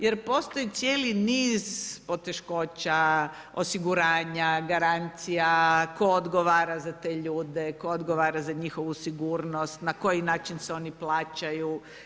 Jer postoji cijeli niz poteškoća osiguranja, garancija, tko odgovara za te ljude, tko odgovara za njihovu sigurnost, na koji način se oni plaćaju.